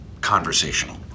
conversational